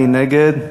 מי נגד?